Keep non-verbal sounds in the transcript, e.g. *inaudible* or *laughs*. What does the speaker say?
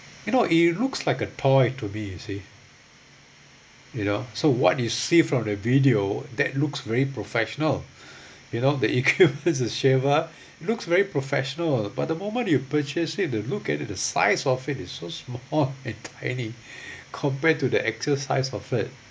you know it looks like a toy to me you see you know so what you see from the video that looks very professional you know *laughs* the shaver looks very professional but the moment you purchase it you look at it the size of it is so small and tiny compared to the actual size of it